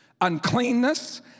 uncleanness